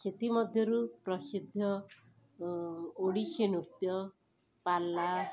ସେଥିମଧ୍ୟରୁ ପ୍ରସିଦ୍ଧ ଓଡ଼ିଶୀନୃତ୍ୟ ପାଲା